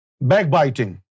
backbiting